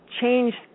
changed